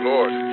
Lord